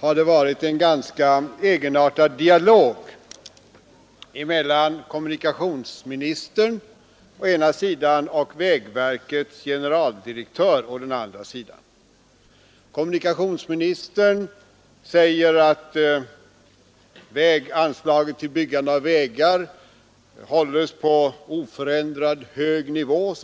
har det varit en ganska egenartad dialog mellan kommunikationsministern å ena sidan och vägverkets generaldirektör å andra sidan. Kommunikationsministern säger att väganslaget till byggande av vägar hålles på oförändrad hög nivå.